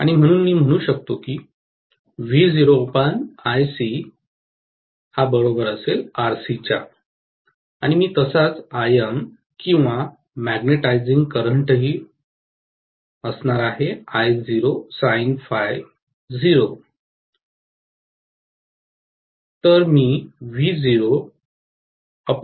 आणि आम्ही म्हणू शकतो की आणि मी तसाच Im किंवा मॅग्नेटिझाइंग करंटही असणार आहे